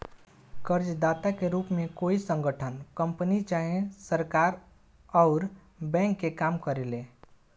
कर्जदाता के रूप में कोई संगठन, कंपनी चाहे सरकार अउर बैंक के काम करेले